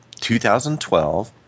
2012 –